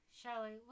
Shelly